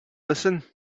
listen